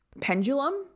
pendulum